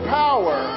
power